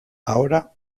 ahora